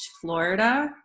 Florida